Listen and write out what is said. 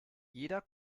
jeder